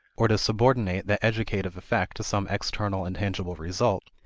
or to subordinate that educative effect to some external and tangible result,